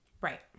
Right